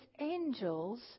angels